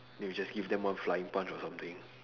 then you just give them one flying punch or something